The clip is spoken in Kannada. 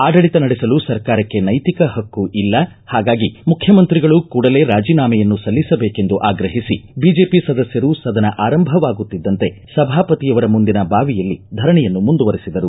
ಆಡಳಿತ ನಡೆಸಲು ಸರ್ಕಾರಕ್ಕೆ ನೈತಿಕ ಹಕ್ಕೂ ಇಲ್ಲ ಹಾಗಾಗಿ ಮುಖ್ಯಮಂತ್ರಿಗಳು ಕೂಡಲೇ ರಾಜಿನಾಮೆಯನ್ನು ಸಲ್ಲಿಸಬೇಕೆಂದು ಆಗ್ರಹಿಸಿ ಬಿಜೆಪಿ ಸದಸ್ಕರು ಸದನ ಆರಂಭವಾಗುತ್ತಿದ್ದಂತೆ ಸಭಾಪತಿಯವರ ಮುಂದಿನ ಬಾವಿಯಲ್ಲಿ ಧರಣೆಯನ್ನು ಮುಂದುವರೆಸಿದರು